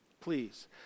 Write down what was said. Please